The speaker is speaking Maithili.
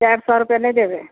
चारि सए रुपये नहि देबै